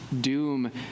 doom